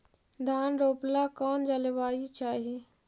धान रोप ला कौन जलवायु चाही?